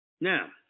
now